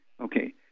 Okay